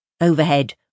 Overhead